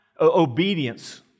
obedience